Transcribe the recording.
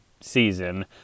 season